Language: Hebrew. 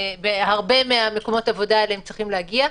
בהרבה ממקומות העבודה האלה צריך להגיע,